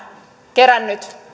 kerännyt